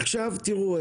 עכשיו תראו,